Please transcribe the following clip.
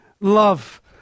love